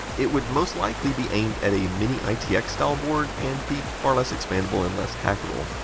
it would most likely be aimed at a mini-itx style board, and be far less expandable and less hackable.